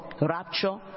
rapture